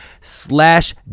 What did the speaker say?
slash